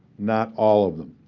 not all of them.